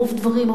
מרוב דברים,